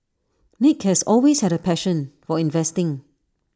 nick has always had A passion for investing